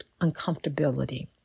uncomfortability